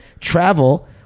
travel